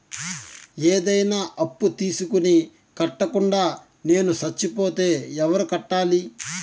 ఏదైనా అప్పు తీసుకొని కట్టకుండా నేను సచ్చిపోతే ఎవరు కట్టాలి?